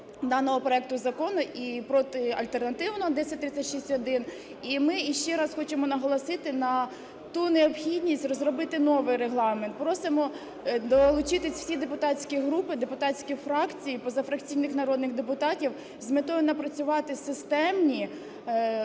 даного проекту закону і проти альтернативного 1036-1. І ми ще раз хочемо наголосити на ту необхідність розробити новий Регламент. Просимо долучитись всі депутатські групи, депутатські фракції, позафракційних народних депутатів з метою напрацювати системні,